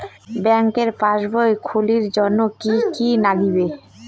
ব্যাঙ্কের পাসবই খুলির জন্যে কি কি নাগিবে?